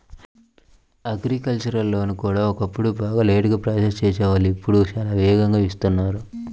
agricultural లోన్లు కూడా ఒకప్పుడు బాగా లేటుగా ప్రాసెస్ చేసేవాళ్ళు ఇప్పుడు చాలా వేగంగా ఇస్తున్నారు